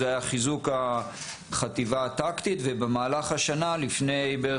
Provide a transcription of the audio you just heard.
זה חיזוק החטיבה הטקטית ובמהלך השנה לפני בערך